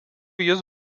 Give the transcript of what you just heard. jis